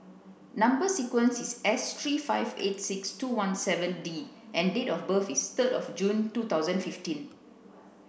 number sequence is S three five eight six two one seven D and date of birth is third of June two thousand fifteen